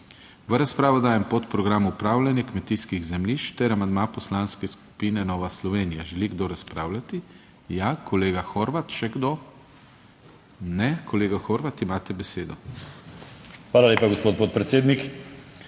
v razpravo dajem podprogram Upravljanje kmetijskih zemljišč ter amandma Poslanske skupine Nova Slovenija. Želi kdo razpravljati? Ja, kolega Horvat. Še kdo? Ne. Kolega Horvat, imate besedo. **JOŽEF HORVAT (PS NSi):** Hvala lepa, gospod podpredsednik.